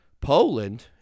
Poland